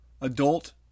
adult